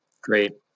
Great